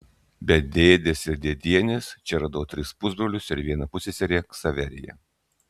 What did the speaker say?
be dėdės ir dėdienės čia radau tris pusbrolius ir vieną pusseserę ksaveriją